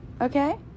Okay